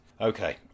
Okay